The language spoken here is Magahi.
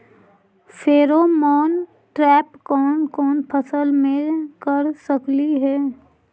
फेरोमोन ट्रैप कोन कोन फसल मे कर सकली हे?